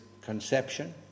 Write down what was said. conception